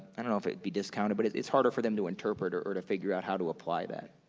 i don't know if it would be discounted, but it's it's harder for them to interpret or or to figure out how to apply that.